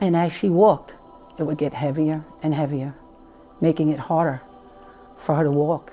and i see walked it would get heavier and heavier making it harder for her to walk